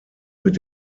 mit